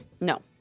No